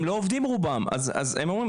הם לא עובדים רובם אז הם אומרים,